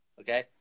Okay